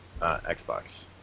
Xbox